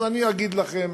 אז אני אגיד לכם: